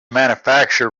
manufacturer